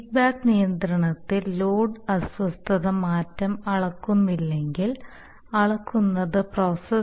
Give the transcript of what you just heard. feedback നിയന്ത്രണത്തിൽ load അസ്വസ്ഥത മാറ്റം അളക്കുന്നില്ലെങ്കിൽ അളക്കുന്നത് പ്രോസസ്സ്